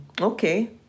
okay